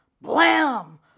blam